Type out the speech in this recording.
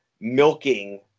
milking